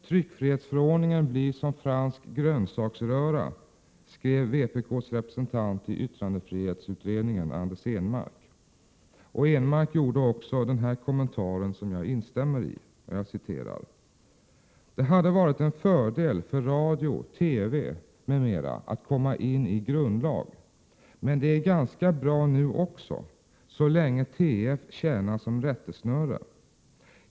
Tryckfrihetsförordningen blir som fransk grönsaksröra, skrev vpk:s representant i yttrandefrihetsutredningen, Anders Ehnmark. Ehnmark gjorde också den här kommentaren som jag instämmer i: ”Det hade varit en fördel för radio, TV med mera att komma in i grundlag, men det är ganska bra nu också så länge TF tjänar som rättesnöre.